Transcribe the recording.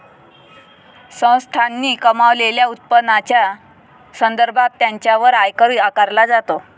संस्थांनी कमावलेल्या उत्पन्नाच्या संदर्भात त्यांच्यावर आयकर आकारला जातो